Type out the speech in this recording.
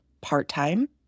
part-time